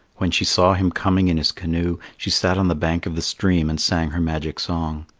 when she saw him coming in his canoe, she sat on the bank of the stream and sang her magic song.